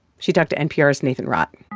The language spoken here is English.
she talked to npr's nathan rott.